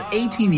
18